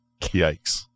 Yikes